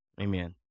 Amen